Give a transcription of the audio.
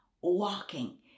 walking